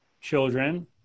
children